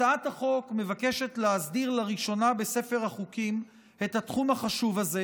הצעת החוק מבקשת להסדיר לראשונה בספר החוקים את התחום החשוב הזה,